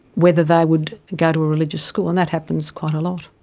whether they would go to a religious school, and that happens quite a lot.